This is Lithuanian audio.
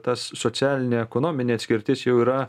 tas socialinė ekonominė atskirtis jau yra